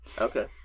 okay